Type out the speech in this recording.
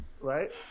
Right